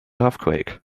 earthquake